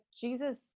Jesus